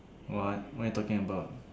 what what are you talking about